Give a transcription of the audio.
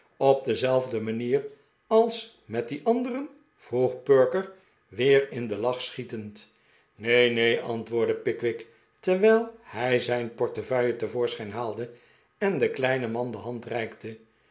op dezelfde manier als met die anderen vroeg perker weer in den lach schietend neen neen antwoordde pickwick terwijl hij zijn portefeuille te voorschijn haalde en den kleinen man de hand